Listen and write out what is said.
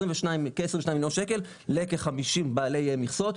כ-22 מיליון שקל ל-50 בעלי מכסות,